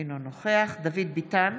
אינו נוכח דוד ביטן,